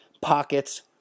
pockets